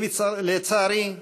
לצערי,